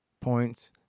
points